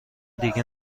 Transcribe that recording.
دیگه